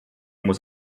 muss